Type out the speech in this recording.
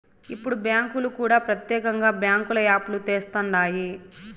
ఇప్పుడు బ్యాంకులు కూడా ప్రత్యేకంగా బ్యాంకుల యాప్ లు తెస్తండాయి